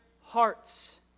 hearts